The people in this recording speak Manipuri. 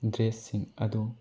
ꯗ꯭ꯔꯦꯁꯁꯤꯡ ꯑꯗꯨ